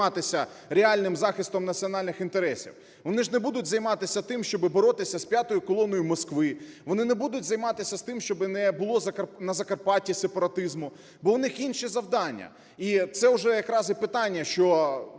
реальним захистом національних інтересів. Вони ж не будуть займатися тим, щоби боротися з "п'ятою колоною" Москви. Вони не будуть займатися тим, щоби не було на Закарпатті сепаратизму, бо в них інші завдання. І це вже якраз і питання, що